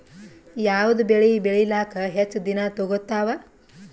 ಯಾವದ ಬೆಳಿ ಬೇಳಿಲಾಕ ಹೆಚ್ಚ ದಿನಾ ತೋಗತ್ತಾವ?